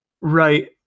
Right